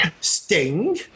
Sting